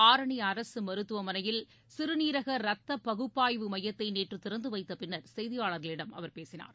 ஆரணிஅரசுமருத்துவமனையில் சிறுநீரகரத்தபகுப்பாய்வு மையத்தைநேற்றுதிறந்துவைத்தபின்னர் செய்தியாளர்களிடம் அவர் பேசினார்